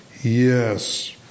Yes